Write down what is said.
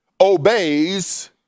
obeys